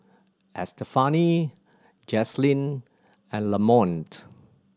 Estefany Jazlyn and Lamont